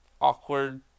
awkward